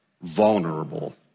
vulnerable